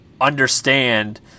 understand